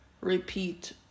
repeat